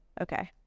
Okay